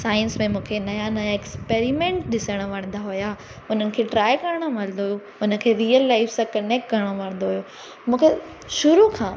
science में मूंखे नवां नवां एक्सपेरिमेंट ॾिसणु वणंदा हुया हुननि खे ट्राए करणु मलंदो हुयो उन खे रियल लाइफ सां कनेक्ट करणु वणंदो हुयो मूंखे शुरू खां